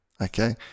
okay